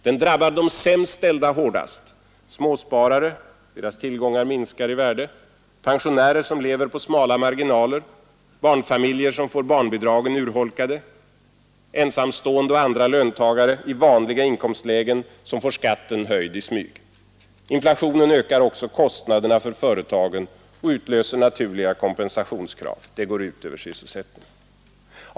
Den drabbar de sämst ställda hårdast; småsparare vilkas tillgångar minskar i värde, pensionärer som lever på smala marginaler, barnfamiljer som får barnbidragen urholkade, ensamstående och andra löntagare i vanliga inkomstlägen som får skatten höjd i smyg. Inflationen ökar också kostnaderna för företagen och utlöser naturliga kompensationskrav som drabbar sysselsättningen.